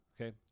Okay